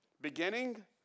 beginning